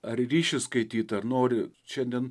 ar ryšis skaityt ar nori šiandien